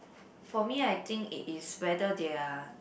for me I think it is whether they are